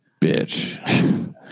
bitch